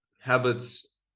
habits